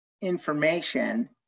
information